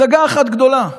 הצגה אחת גדולה.